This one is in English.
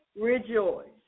rejoice